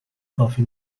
کافی